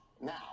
Now